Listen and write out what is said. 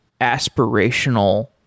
aspirational